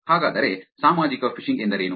ಹಾಗಾದರೆ ಸಾಮಾಜಿಕ ಫಿಶಿಂಗ್ ಎಂದರೇನು